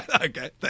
Okay